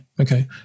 okay